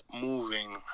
moving